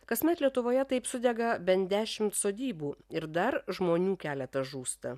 kasmet lietuvoje taip sudega bent dešim sodybų ir dar žmonių keleta žūsta